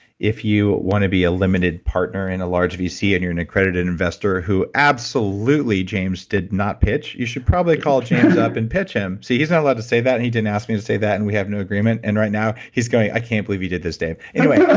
if you wanna be a limited partner in a large vc and you're an accredited investor who absolutely james did not pitch, you should probably call james up and pitch him. see, he's not allowed to say that, and he didn't ask me to say that, and we have no agreement, and right now, he's going, i can't believe you did this, dave. anyway,